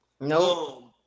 No